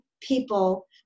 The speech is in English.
people